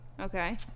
Okay